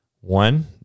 One